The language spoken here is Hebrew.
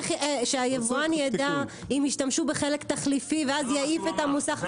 שהיבואן ידע אם השתמשו בחלק תחליפי ואז יעיף את המוסך.